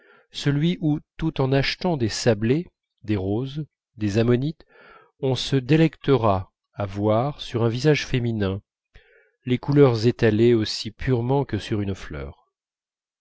celui où tout en achetant des sablés des roses des ammonites on se délectera à voir sur un visage féminin les couleurs étalées aussi purement que sur une fleur